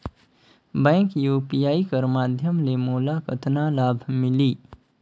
Bank UPI कर माध्यम ले मोला कतना लाभ मिली?